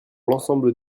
l’ensemble